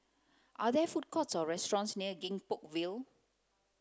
are there food courts or restaurants near Gek Poh Ville